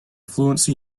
fluency